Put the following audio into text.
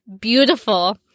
beautiful